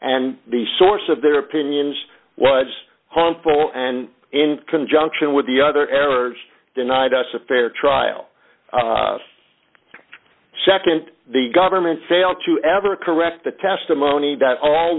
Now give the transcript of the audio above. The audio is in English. and the source of their opinions was harmful and in conjunction with the other errors denied us a fair trial nd the government failed to ever correct the testimony that all